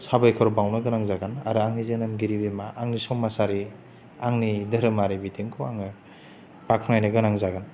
साबायखर बावनो गोनां जागोन आरो आंनि जोनोमगिरि बिमा आंनि समाजारि आंनि धोरोमारि बिथिंखौ आङो बाख्नायनो गोनां जागोन